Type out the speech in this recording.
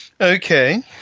Okay